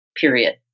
period